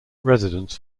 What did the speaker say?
residence